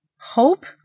hope